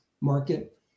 market